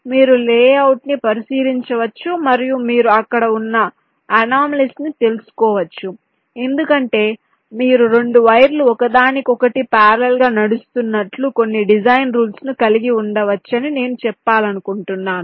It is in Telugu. మీరు లేఅవుట్ను పరిశీలించవచ్చు మరియు మీరు అక్కడ ఉన్న అనామలీస్ ను తెలుసుకోవచ్చు ఎందుకంటే మీరు 2 వైర్లు ఒకదానికొకటి పార్లల్ గా నడుస్తున్నట్లు కొన్ని డిజైన్ రూల్స్ ను కలిగి ఉండవచ్చని నేను చెప్పాలనుకుంటున్నాను